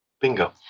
bingo